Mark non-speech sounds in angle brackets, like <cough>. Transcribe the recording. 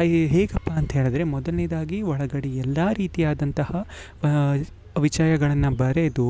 <unintelligible> ಹೇಗಪ್ಪಾ ಅಂತ ಹೇಳಿದರೆ ಮೊದಲ್ನೇದಾಗಿ ಒಳ ಗಡಿ ಎಲ್ಲಾ ರೀತಿಯಾದಂತಹ ವಿಷಯಗಳನ್ನು ಬರೆದು